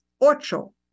ocho